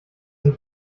ich